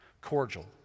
Cordial